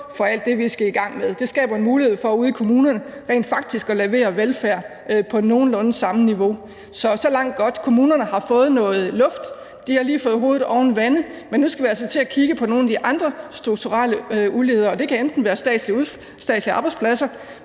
for alt det, vi skal i gang med. Det skaber en mulighed for ude i kommunerne rent faktisk at levere velfærd på nogenlunde samme niveau – så langt, så godt. Kommunerne har fået noget luft. De har lige fået hovedet oven vande, men nu skal vi altså til at kigge på nogle af de andre strukturelle uligheder, og det kan f.eks. være statslige arbejdspladser;